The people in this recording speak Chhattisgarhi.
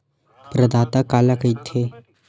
प्रदाता काला कइथे?